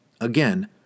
Again